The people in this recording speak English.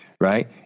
right